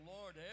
Lord